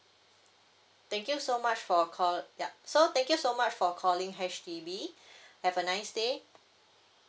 thank you so much for your call yup so thank you so much for calling H_D_B have a nice day